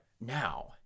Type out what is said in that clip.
Now